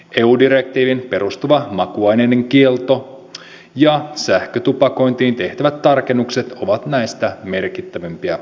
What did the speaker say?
eu direktiiviin perustuva makuaineiden kielto ja sähkötupakointiin tehtävät tarkennukset ovat näistä merkittävimpiä muutoksia